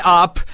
up